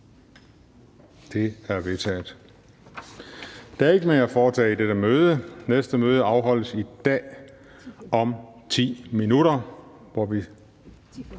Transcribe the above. Juhl): Der er ikke mere at foretage i dette møde. Folketingets næste møde afholdes i dag om 10 minutter.